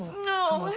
know,